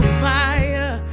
fire